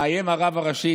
מאיים הרב הראשי,